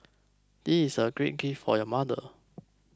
this is a great gift for your mother